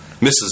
Mrs